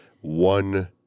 one